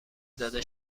داده